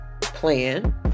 plan